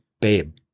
babe